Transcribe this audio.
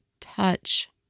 touch